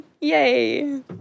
Yay